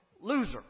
loser